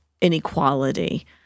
inequality